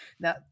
Now